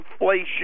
inflation